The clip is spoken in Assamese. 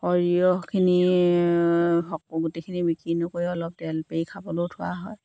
সৰিয়হখিনি সক গোটেইখিনি বিক্ৰী নকৰি অলপ তেল পেৰি খাবলৈও থোৱা হয়